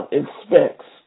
expects